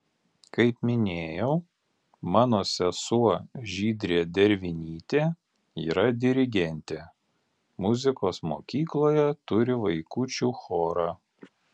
kaip minėjau mano sesuo žydrė dervinytė yra dirigentė muzikos mokykloje turi vaikučių chorą